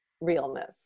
realness